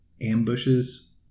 ambushes